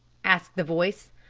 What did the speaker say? asked the voice.